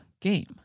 game